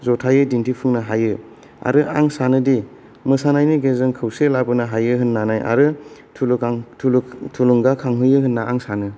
ज'थायै दिन्थिफुंनो हायो आरो आं सानोदि मोसानायनि गेजेरजों खौसे लाबोनो हायो होननानै आरो थुलुंगाखांहोयो होनना आं सानो